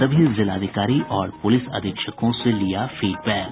सभी जिलाधिकारी और पुलिस अधीक्षकों से लिया फीडबैक